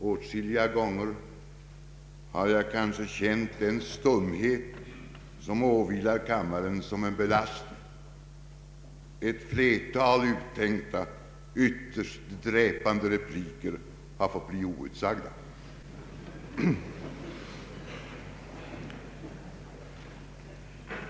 Åtskilliga gånger har jag känt den stumhet i debatten som åvilar talmannen som en belastning. Ett flertal uttänkta ytterst dräpande repliker har fått bli outsagda.